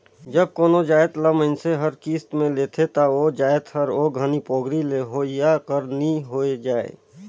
जब कोनो जाएत ल मइनसे हर किस्त में लेथे ता ओ जाएत हर ओ घनी पोगरी लेहोइया कर नी होए जाए